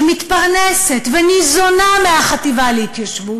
שמתפרנסת וניזונה מהחטיבה להתיישבות,